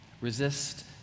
Resist